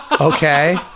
Okay